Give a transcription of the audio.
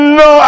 no